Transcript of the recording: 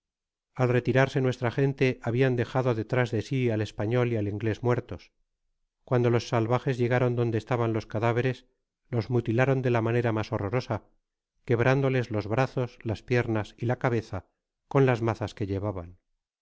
al retirarse nuestra gente habian dejado detrás de si al español y al inglés muertos cuando los salvajes llegaron donde estaban los cadáveres los mutilaron de la manera mas horrorosa quebrándoles los brazos las piernas y la cabeza con las mazas que llevaban